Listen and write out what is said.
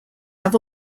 have